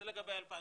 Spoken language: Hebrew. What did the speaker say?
זה רק לגבי 2020?